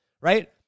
right